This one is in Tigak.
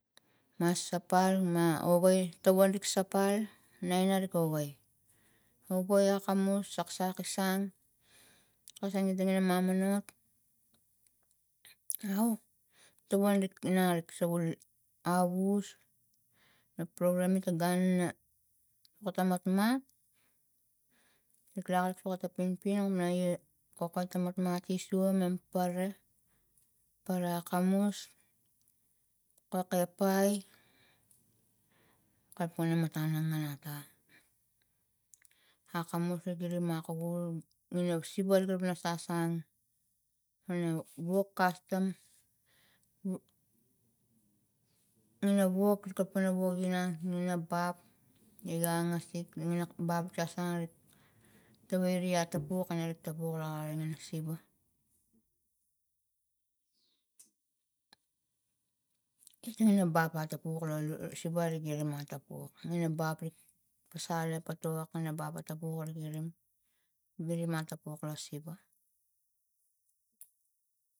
Ma pasal ma ogai tawalik sapal nainaren awai. agai akamus saksak i sang koso nating ina mamanot au tawan ik ina sokul abus na program ina gun ina ota matmat ilak ina soko to pingping ina ai kokot ta matmat isua mam pare. pare akamus kokaepai kalapang mata ina ngan ata akamus giri ma kovul ina siva giri sasang pana wok kastom ina wok pa kalaPNG woge inang ina ap ina angasik ina ba sasang erik tawai re atapuk anarik tapok ari ta siva kiting ina bap atapuk lo lui a siva a girim atapuuk ina bab ik pasal atopok ina bak atapuk arik arim giri atapuk lo siva.